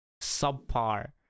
subpar